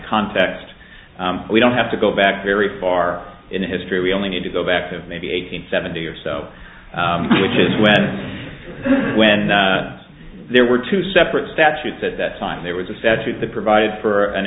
context we don't have to go back very far in history we only need to go back to maybe eight hundred seventy or so which is when when there were two separate statutes at that time there was a statute that provides for an